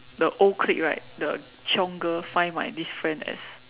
the old clique right the chiong girl find my this friend as